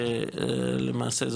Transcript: למעשה,